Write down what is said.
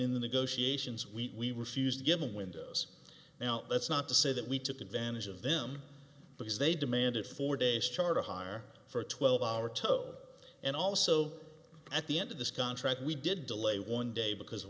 in the negotiations we refused to give them windows now that's not to say that we took advantage of them because they demanded four days charge to hire for a twelve hour tow and also at the end of this contract we did delay one day because of